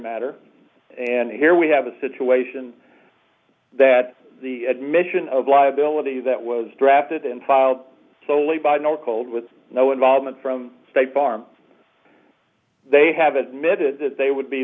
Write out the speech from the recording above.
matter and here we have a situation that the admission of liability that was drafted and filed solely by nor cold with no involvement from state farm they have admitted that they would be